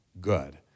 good